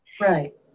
Right